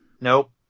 nope